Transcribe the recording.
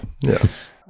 yes